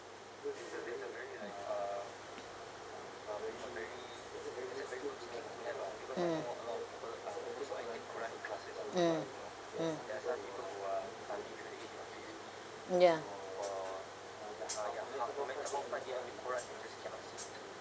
mm mm mm mm ya